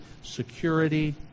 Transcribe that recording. security